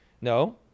No